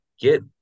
get